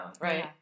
right